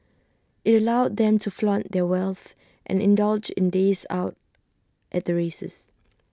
IT allowed them to flaunt their wealth and indulge in days out at the races